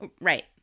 Right